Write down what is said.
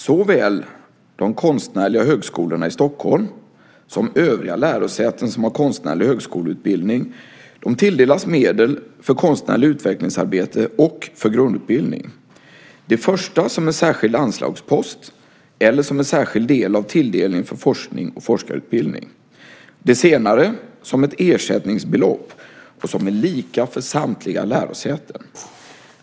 Såväl de konstnärliga högskolorna i Stockholm som övriga lärosäten som har konstnärlig högskoleutbildning tilldelas medel för konstnärligt utvecklingsarbete och för grundutbildning, det första som en särskild anslagspost eller som en särskild del av tilldelningen för forskning och forskarutbildning, det senare som ett ersättningsbelopp och som är lika för samtliga lärosäten.